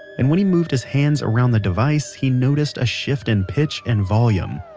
and when he moved his hands around the device, he noticed a shift in pitch and volume.